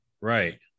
right